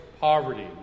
poverty